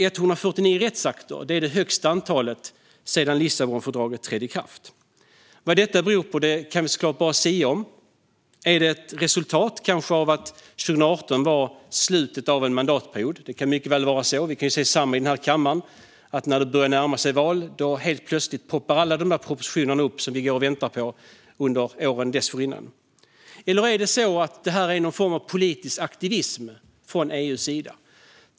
149 rättsakter är det dock högsta antalet sedan Lissabonfördraget trädde i kraft, och vad det beror på kan vi såklart bara sia om. Är det kanske ett resultat av att 2018 innebar slutet av en mandatperiod? Det kan mycket väl vara så. Vi kan se detsamma i den här kammaren - när det börjar närma sig val ploppar helt plötsligt alla de propositioner upp som vi går och väntar på under åren dessförinnan. Eller är det så att detta är någon form av politisk aktivism från EU:s sida?